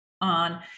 on